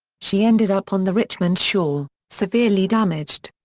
she ended up on the richmond shore, severely damaged.